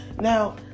Now